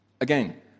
Again